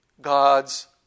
God's